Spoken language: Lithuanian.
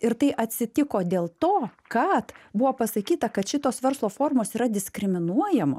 ir tai atsitiko dėl to kad buvo pasakyta kad šitos verslo formos yra diskriminuojamos